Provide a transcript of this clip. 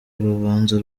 urubanza